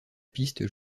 piste